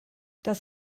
das